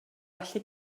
allu